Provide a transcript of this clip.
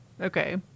okay